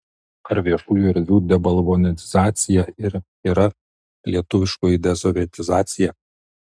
ar viešųjų erdvių debalvonizacija ir yra lietuviškoji desovietizacija